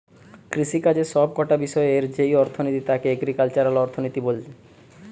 কৃষিকাজের সব কটা বিষয়ের যেই অর্থনীতি তাকে এগ্রিকালচারাল অর্থনীতি বলে